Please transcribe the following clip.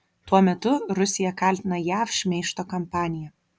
tuo metu rusija kaltina jav šmeižto kampanija